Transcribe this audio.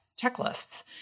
checklists